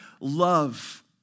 love